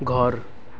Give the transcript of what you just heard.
घर